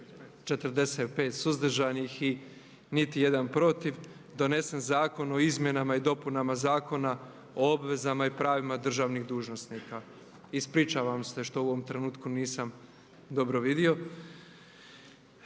45 suzdržanih i niti jedan protiv donesen Zakon o izmjenama i dopunama Zakona o obvezama i pravima državnih dužnosnika. Ispričavam se što u ovom trenutku nisam dobro vidio.